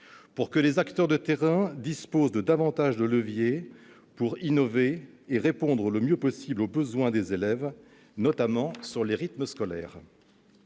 pour que les acteurs de terrain disposent de leviers plus nombreux pour innover et répondre le mieux possible aux besoins des élèves, notamment sur les rythmes scolaires.